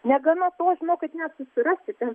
negana to žinokit net susirasti ten